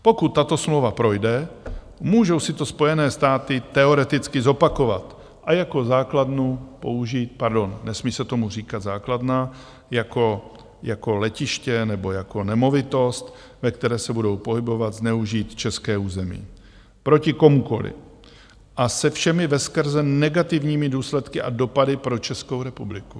Pokud tato smlouva projde, můžou si to Spojené státy teoreticky zopakovat a jako základnu použít pardon, nesmí se tomu říkat základna, je to jako letiště nebo jako nemovitost, ve které se budou pohybovat a zneužít české území proti komukoliv a se všemi veskrze negativními důsledky a dopady pro Českou republiku.